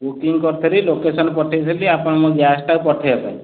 booking କରିଥିଲି location ପଠେଇ ଥିଲି ଆପଣ ମୋ ଗ୍ୟାସଟାକୁ ପଠେଇବା ପାଇଁ